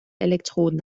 elektroden